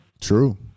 True